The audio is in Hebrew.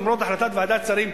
למרות החלטת ועדת השרים,